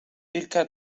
vilka